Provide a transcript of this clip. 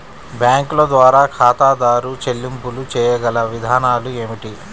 బ్యాంకుల ద్వారా ఖాతాదారు చెల్లింపులు చేయగల విధానాలు ఏమిటి?